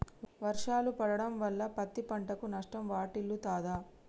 వర్షాలు పడటం వల్ల పత్తి పంటకు నష్టం వాటిల్లుతదా?